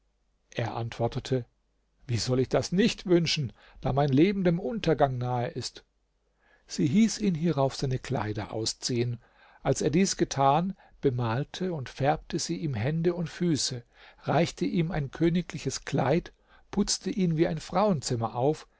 er antwortete wie soll ich das nicht wünschen da mein leben dem untergang nahe ist sie hieß ihn hierauf seine kleider ausziehen als er dies getan bemalte und färbte sie ihm hände und füße reichte ihm ein königliches kleid putzte ihn wie ein frauenzimmer auf